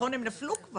הם נפלו כבר.